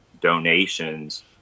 donations